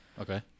Okay